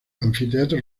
anfiteatro